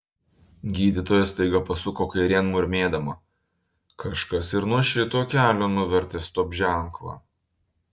gydytoja staiga pasuko kairėn murmėdama kažkas ir nuo šito kelio nuvertė stop ženklą